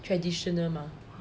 traditional mah her